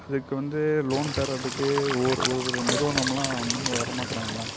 அதுக்கு வந்து லோன் தரதுக்கு ஒரு ஒரு ஒரு நிறுவனம் எல்லாம் முன் வர மாட்டுறாங்க